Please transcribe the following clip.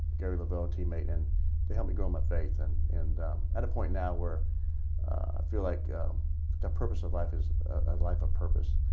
gary lavell teammate. and they helped me grow my faith and and. at a point now where feel like the purpose of life. a and life of purpose.